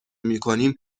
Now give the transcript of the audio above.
میکنیم